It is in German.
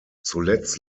zuletzt